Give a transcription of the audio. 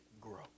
grow